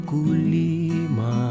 Kulima